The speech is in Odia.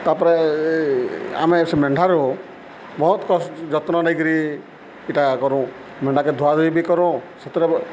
ତାପରେ ଆମେ ସେ ମେଣ୍ଢାରୁ ବହୁତ କଷ୍ଟ ଯତ୍ନ ନେଇକିରି ଇଟା କରୁ ମେଣ୍ଢାକେ ଧୁଆଧୁଇ ବି କରୁଁ ସେଥିରେ